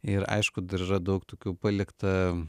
ir aišku dar yra daug tokių palikta